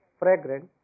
fragrant